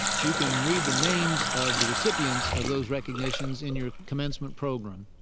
you can read the names of the recipients of those recognitions in your commencement program.